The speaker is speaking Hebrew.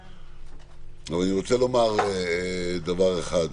אבל אני רוצה לומר דבר אחד,